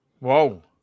Whoa